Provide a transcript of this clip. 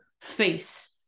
face